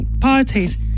parties